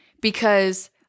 because-